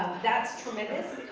that's tremendous.